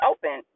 Open